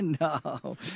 No